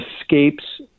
escapes